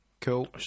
Cool